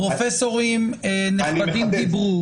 פרופסורים נכבדים דיברו